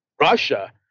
Russia